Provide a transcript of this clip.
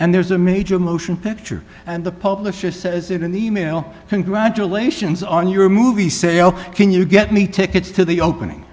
and there's a major motion picture and the publisher says in an email congratulations on your movie say oh can you get me tickets to the opening